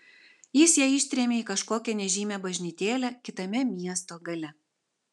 jis ją ištrėmė į kažkokią nežymią bažnytėlę kitame miesto gale